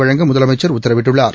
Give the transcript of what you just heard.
வழங்க முதலமைச்சா் உத்தரவிட்டுள்ளார்